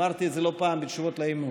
אמרתי את זה לא פעם בתשובות על אי-אמון.